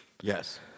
Yes